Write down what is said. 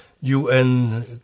UN